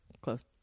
Close